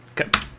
Okay